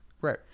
Right